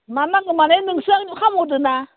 मानो नांगौ माने नोंसो आंनो खालाम हरदोना